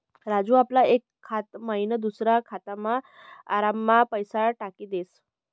राजू आपला एक खाता मयीन दुसरा खातामा आराममा पैसा टाकी देस